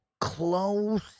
Close